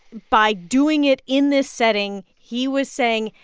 by doing it in this setting, he was saying,